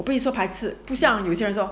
我不会说排斥不像有些人说